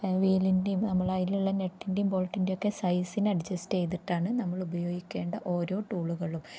വീലിൻ്റെയും നമ്മൾ അതിലുള്ള നെറ്റിൻ്റെയും ബോൾട്ടിൻ്റെ ഒക്കെ സൈസിന് അഡ്ജസ്റ്റ് ചെയ്തിട്ടാണ് നമ്മൾ ഉപയോഗിക്കേണ്ട ഓരോ ടൂളുകളും